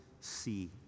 see